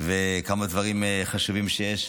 וכמה דברים חשובים שיש.